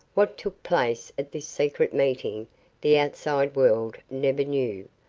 what took place at this secret meeting the outside world never knew.